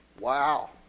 Wow